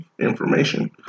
information